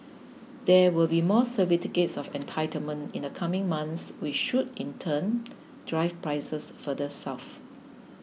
there will be more certificates of entitlement in the coming months which should in turn drive prices further south